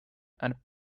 and